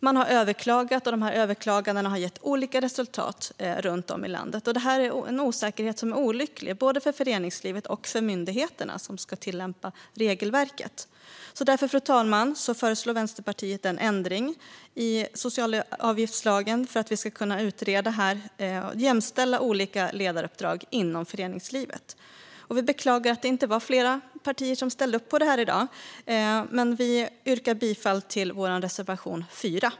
Man har överklagat, och överklagandena har gett olika resultat runt om i landet. Det här är en osäkerhet som är olycklig både för föreningslivet och för myndigheterna som ska tillämpa regelverket. Därför, fru talman, föreslår Vänsterpartiet en ändring i socialavgiftslagen för att vi ska kunna utreda och jämställa olika ledaruppdrag inom föreningslivet. Vi beklagar att det inte var fler partier som ställde upp på det här i dag, men jag yrkar bifall till vår reservation 4.